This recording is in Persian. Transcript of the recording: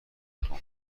تندتند